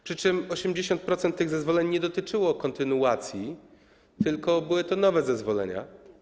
Przy czym 80% tych zezwoleń nie dotyczyło kontynuacji, tylko były to nowe zezwolenia.